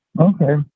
Okay